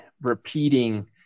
repeating